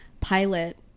pilot